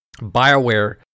BioWare